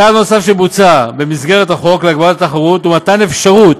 צעד נוסף שנעשה במסגרת החוק להגברת התחרות הוא מתן אפשרות